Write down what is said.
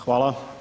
Hvala.